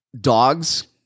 dogs